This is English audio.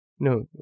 No